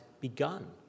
begun